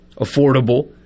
affordable